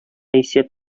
исәп